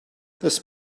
this